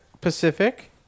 Pacific